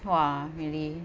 !wah! really